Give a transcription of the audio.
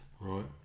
right